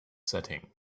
setting